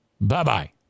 Bye-bye